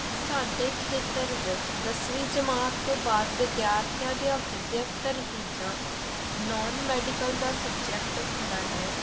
ਸਾਡੇ ਖੇਤਰ ਵਿੱਚ ਦਸਵੀਂ ਜਮਾਤ ਤੋਂ ਬਾਅਦ ਵਿਦਿਆਰਥੀਆਂ ਦੀਆਂ ਵਿਦਿਅਕ ਤਰਜੀਹਾਂ ਨੋਨ ਮੈਡੀਕਲ ਦਾ ਸਬਜੈਕਟ ਹੁੰਦਾ ਹੈ